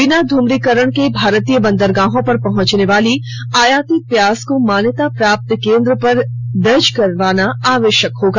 बिना ध्रम्रीकरण के भारतीय बंदरगाहों पर पहंचने वाली आयातित प्याज को मान्यता प्राप्त केन्द्र पर दर्ज करवाना आवश्यगक होगा